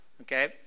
okay